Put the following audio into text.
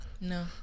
No